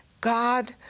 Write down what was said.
God